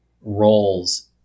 roles